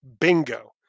bingo